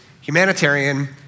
humanitarian